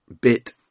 bit